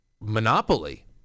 monopoly